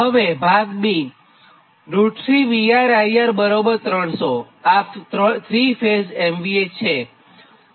હવે ભાગ 3 VR IR 300 આ ૩ ફેઝ MVA છે